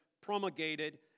promulgated